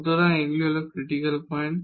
সুতরাং এগুলি critical point